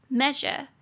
measure